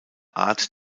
art